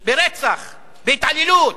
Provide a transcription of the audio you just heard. ברצח, בהתעללות,